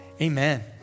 amen